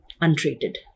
untreated